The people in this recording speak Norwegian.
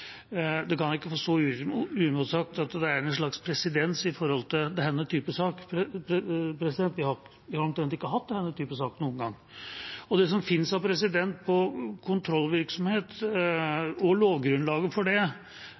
Det kan ikke få stå uimotsagt at det er en slags presedens i denne typen saker. Vi har omtrent ikke hatt denne typen sak noen gang. Det som finnes av presedens når det gjelder kontrollvirksomhet og lovgrunnlaget for det,